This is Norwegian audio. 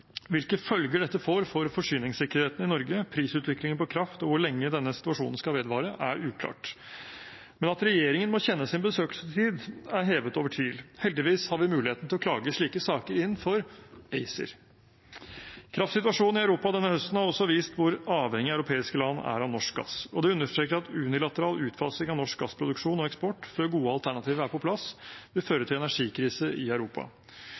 Hvilke følger dette får for forsyningssikkerheten i Norge, prisutviklingen på kraft og hvor lenge denne situasjonen skal vedvare, er uklart, men at regjeringen må kjenne sin besøkelsestid, er hevet over tvil. Heldigvis har vi muligheten til å klage slike saker inn for ACER. Kraftsituasjonen i Europa denne høsten har også vist hvor avhengige europeiske land er av norsk gass. Det understreker at unilateral utfasing av norsk gassproduksjon og eksport inntil gode alternativer er på plass, vil føre til energikrise i Europa.